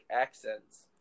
accents